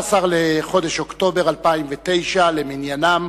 19 בחודש אוקטובר 2009, למניינם.